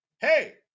hey